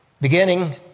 beginning